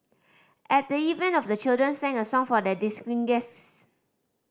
at the event of the children sang a song for their distinguished guest